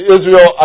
Israel